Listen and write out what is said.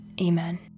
Amen